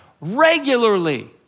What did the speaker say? regularly